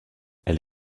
elle